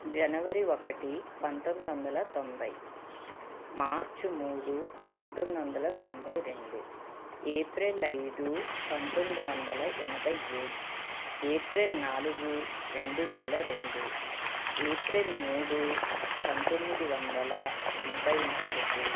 జనవరి ఒకటి పంతొమ్మిది వందల తొంభై మార్చ్ మూడు పంతొమ్మిది వందల తొంభై రెండు ఏప్రిల్ ఐదు పంతొమ్మిది వందల ఎనభై ఏడు ఏప్రిల్ నాలుగు రెండు వేల రెండు ఏప్రిల్ మూడు పంతొమ్మిది వందల ఎనభై నాలుగు